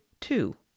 two